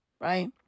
right